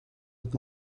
het